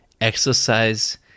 exercise